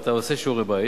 ואתה עושה שיעורי-בית,